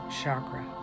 chakra